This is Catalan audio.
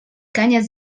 canyes